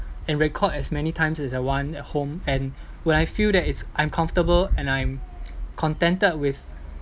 and record as many times as I want at home and when I feel that it's I'm comfortable and I'm contented with